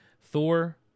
Thor